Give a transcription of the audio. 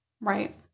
Right